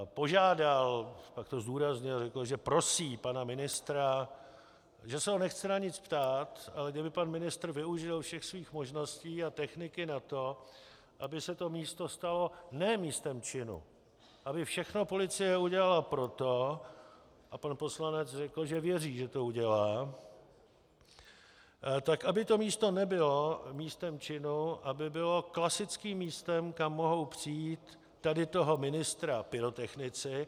Požádal, pak to zdůraznil, řekl, že prosí pana ministra, že se ho nechce na nic ptát, ale kdyby pan ministr využil všech svých možností a techniky na to, aby se to místo stalo ne místem činu, aby všechno policie udělala pro to a pan poslanec řekl, že věří, že to udělá, tak aby to místo nebylo místem činu, aby bylo klasickým místem, kam mohou přijít tady toho ministra pyrotechnici.